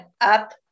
up